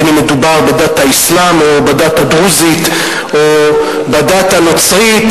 בין שמדובר בדת האסלאם או בדת הדרוזית או בדת הנוצרית.